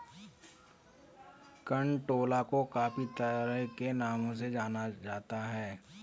कंटोला को काफी तरह के नामों से जाना जाता है